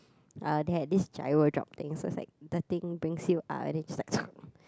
uh they had this gyro drop things so is like the thing brings you up and it's like